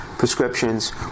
prescriptions